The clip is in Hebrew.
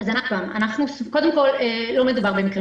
לא מדובר במקרים